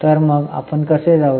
तर मग आपण कसे जाऊ